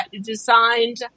designed